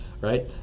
right